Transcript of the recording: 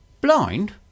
Blind